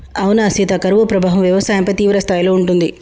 అవునా సీత కరువు ప్రభావం వ్యవసాయంపై తీవ్రస్థాయిలో ఉంటుంది